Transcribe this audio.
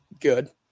good